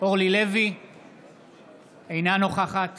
אינה נוכחת